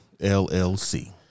LLC